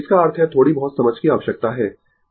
इसका अर्थ है थोड़ी बहुत समझ की आवश्यकता है